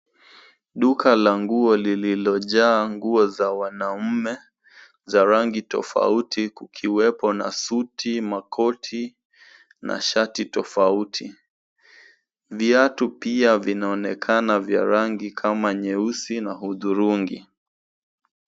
Duka la nguo lililojaa nguo za wanaume za rangi tofauti kukiwepo na suti, makoti na shati tofauti. Viatu pia vinaonekana vya rangi kama nyeusi na hudhurungi.